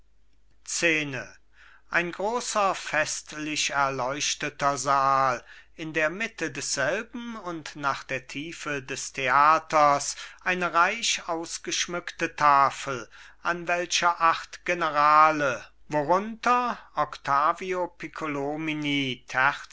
szene ein großer festlich erleuchteter saal in der mitte desselben und nach der tiefe des theaters eine reich ausgeschmückte tafel an welcher acht generale worunter octavio